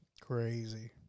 Crazy